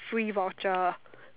free voucher